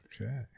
Okay